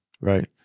Right